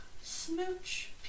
Smooch